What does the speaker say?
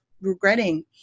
regretting